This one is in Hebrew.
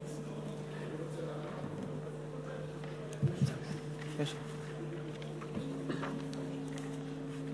חבר הכנסת אמנון כהן,